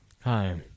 Hi